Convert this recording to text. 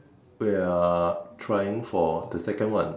we are trying for the second one